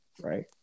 right